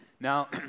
Now